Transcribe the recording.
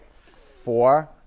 Four